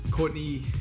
Courtney